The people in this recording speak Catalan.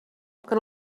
que